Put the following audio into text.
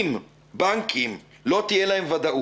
אם לבנקים לא תהיה ודאות,